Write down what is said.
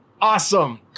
Awesome